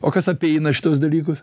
o kas apeina šituos dalykus